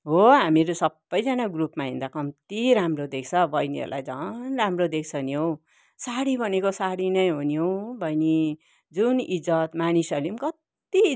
हो हामीहरू सबैजना ग्रुपमा हिँड्दा कम्ती राम्रो देख्छ बहिनीहरूलाई झन राम्रो देख्छ नि हौ सारी भनेको सारी नै हो नि हौ बहिनी जुन इज्जत मानिसहरूले पनि कति